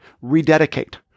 Rededicate